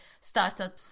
started